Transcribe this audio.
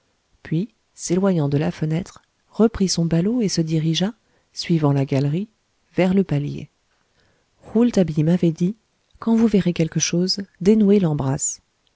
puis s'éloignant de la fenêtre reprit son ballot et se dirigea suivant la galerie vers le palier rouletabille m'avait dit quand vous verrez quelque chose dénouez l'embrasse